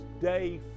day